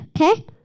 okay